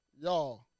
Y'all